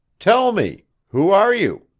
tell me. who are you?